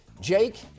Jake